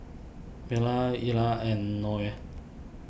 Vella Ila and Noel